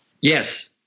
Yes